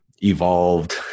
evolved